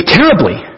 terribly